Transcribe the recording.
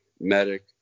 medic